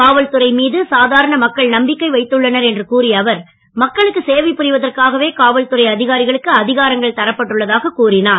காவல்துறை மீது சாதாரண மக்கள் நம்பிக்கை வைத்துள்ளனர் என்று கூறிய அவர் மக்களுக்கு சேவை புரிவதற்காகவே காவல்துறை அதிகாரிகளுக்கு அதிகாரங்கள் தரப்பட்டுள்ளதாக கூறினார்